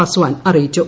പാസ്വാൻ അറിയിച്ചു